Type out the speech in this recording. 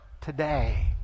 today